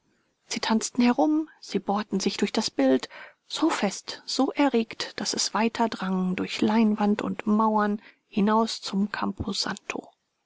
sie tanzten herum sie bohrten sich durch das bild so fest so erregt daß es weiter drang durch leinwand und mauern hinaus zum